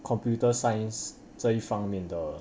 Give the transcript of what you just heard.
computer science 这一方面的